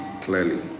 clearly